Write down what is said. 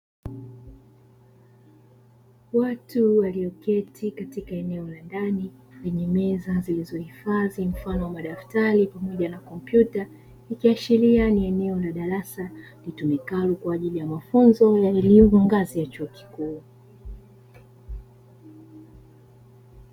Watu walioketi katika eneo la ndani lenye meza zilihifadhi mfano wa madaftari pamoja na kompyuta, ikiashiria ni eneo la darasa litumikalo kwa ajili ya mafunzo ya elimu ngazi y chuo kikuu.